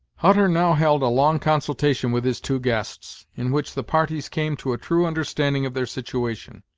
hutter now held a long consultation with his two guests, in which the parties came to a true understanding of their situation.